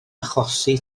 achosi